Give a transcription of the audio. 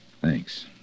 Thanks